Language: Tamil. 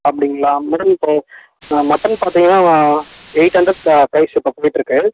அப்படிங்களா மேடம் இப்போது மட்டன் பார்த்திங்கன்னா எயிட் ஹண்ட்ரட் ப்ரா ப்ரைஸ் இப்போது போயிட்டிருக்கு